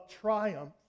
triumph